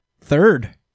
third